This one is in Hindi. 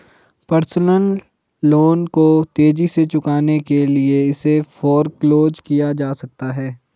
पर्सनल लोन को तेजी से चुकाने के लिए इसे फोरक्लोज किया जा सकता है